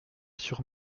sur